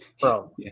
Bro